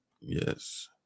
yes